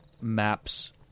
maps